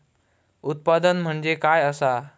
उत्पादन म्हणजे काय असा?